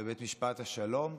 בבית משפט השלום.